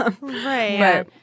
Right